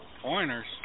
Pointers